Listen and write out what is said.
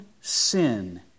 sin